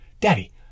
daddy